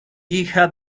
hija